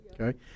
Okay